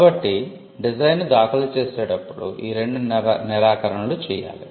కాబట్టి డిజైన్ను దాఖలు చేసేటప్పుడు ఈ రెండు నిరాకరణలు చేయాలి